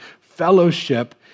fellowship